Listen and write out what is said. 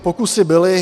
Pokusy byly.